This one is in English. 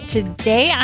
Today